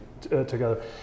together